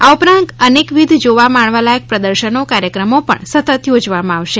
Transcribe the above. આ ઉપરાંત અનેકવિધ જોવા માણવા લાયક પ્રદર્શનો કાર્યક્રમો પણ સતત યોજવામાં આવશે